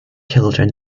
children